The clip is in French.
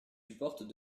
supportent